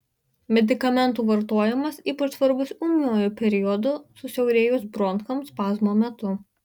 medikamentų vartojimas ypač svarbus ūmiuoju periodu susiaurėjus bronchams spazmo metu